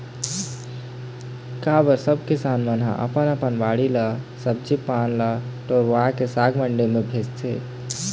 का बर सब किसान मन ह अपन अपन बाड़ी ले सब्जी पान ल टोरवाके साग मंडी भेजथे